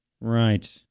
Right